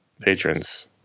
patrons